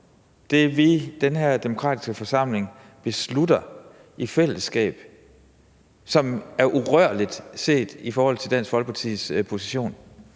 det, vi – den her demokratiske forsamling – beslutter i fællesskab, som er urørligt set i forhold til Dansk Folkepartis position?